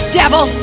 devil